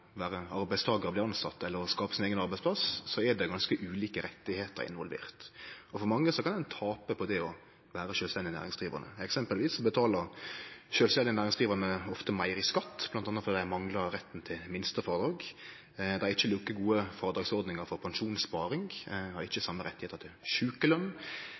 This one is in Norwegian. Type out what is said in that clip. vere arbeidstakar, bli tilsett, og å skape sin eigen arbeidsplass, er det ganske ulike rettar involverte. For mange kan ein tape på det å vere sjølvstendig næringsdrivande. Eksempelvis betaler sjølvstendig næringsdrivande ofte meir i skatt, bl.a. fordi dei manglar retten til minstefrådrag. Dei har ikkje like gode frådragsordningar for pensjonssparing, dei har ikkje same rettar til